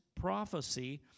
prophecy